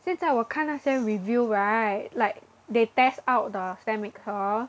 现在我看那些 review right like they test out the stand mixer